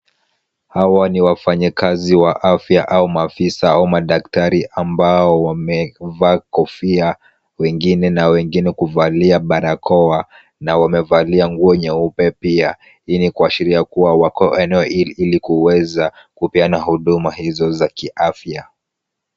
Hawa ni wafanyikazi wa afya au maafisa wa madaktari ambao wamevaa kofia na wengine na wengine kuvalia barakoa. Na wamevalia nguo nyeupe pia. Hii ni kuashiria kuwa wako eneo hili ili kuweza kupeana huduma hizo za kiafya.